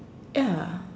ya